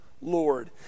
Lord